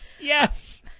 Yes